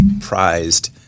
prized